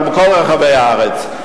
אלא בכל רחבי הארץ.